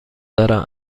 دارند